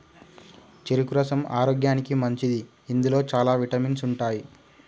చెరుకు రసం ఆరోగ్యానికి మంచిది ఇందులో చాల విటమిన్స్ ఉంటాయి